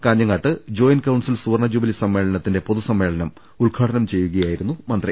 Kanhangad joint council സുവർണ jubilee സമ്മേളനത്തിന്റെ പൊതുസമ്മേളനം ഉദ്ഘാ ടനം ചെയ്യുകയായിരുന്നു മന്ത്രി